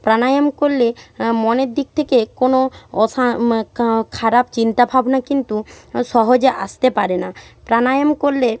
প্রাণায়াম করলে মনের দিক থেকে কোনো মানে খারাপ চিন্তা ভাবনা কিন্তু সহজে আসতে পারে না প্রাণায়াম করলে